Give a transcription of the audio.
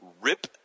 Rip